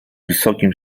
wysokim